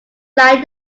like